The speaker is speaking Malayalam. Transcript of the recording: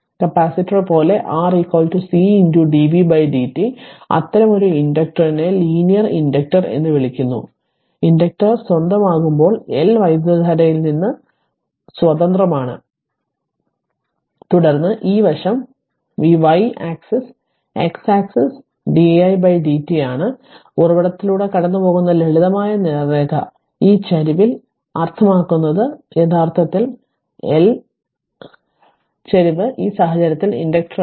കപ്പാസിറ്റർ പോലെ R C dv dt അത്തരമൊരു ഇൻഡക്റ്ററിനെ ലീനിയർ ഇൻഡക്റ്റർ എന്ന് വിളിക്കുന്നു ഇൻഡക്റ്റർ സ്വതന്ത്രമാകുമ്പോൾ L വൈദ്യുതധാരയിൽ നിന്ന് സ്വതന്ത്രമാണ് തുടർന്ന് ഈ വശം vy axis x axis di dt ആണ് ഉറവിടത്തിലൂടെ കടന്നുപോകുന്ന ലളിതമായ നേർരേഖ ഈ ചരിവിൽ യഥാർത്ഥത്തിൽ L ചരിവ് ഈ സാഹചര്യത്തിൽ ഇൻഡക്റ്ററാണ്